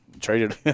traded